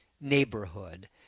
neighborhood